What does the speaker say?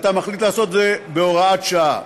אתה מחליט לעשות את זה בהוראת שעה.